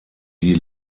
die